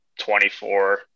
24